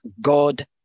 God